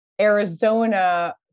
Arizona